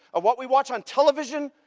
ah what we watch on television.